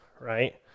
right